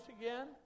again